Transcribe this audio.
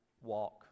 walk